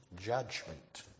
Judgment